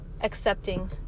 Accepting